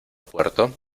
puerto